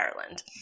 Ireland